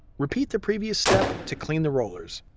repeat the previous step to clean the rollers.